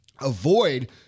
avoid